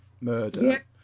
murder